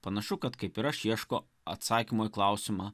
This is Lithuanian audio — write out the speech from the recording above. panašu kad kaip ir aš ieško atsakymo į klausimą